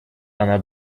она